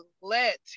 let